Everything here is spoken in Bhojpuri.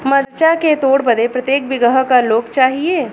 मरचा के तोड़ बदे प्रत्येक बिगहा क लोग चाहिए?